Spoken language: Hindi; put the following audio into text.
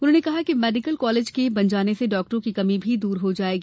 उन्होंने कहा कि मेडीकल कॉलेज के बन जाने से डॉक्टरों की कमी भी दूर हो जायेगी